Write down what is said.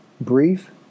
brief